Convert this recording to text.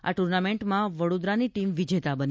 આ ટૂર્નામેન્ટમાં વડોદરાની ટીમ વિજેતા બની